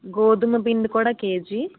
గోధుమపిండి కూడా కేజీ